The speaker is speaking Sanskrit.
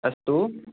अस्तु